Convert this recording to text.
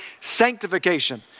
sanctification